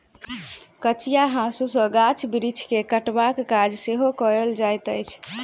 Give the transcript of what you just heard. कचिया हाँसू सॅ गाछ बिरिछ के छँटबाक काज सेहो कयल जाइत अछि